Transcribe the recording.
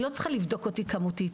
היא לא צריכה לבדוק אותי כמותית,